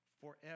forever